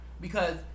because-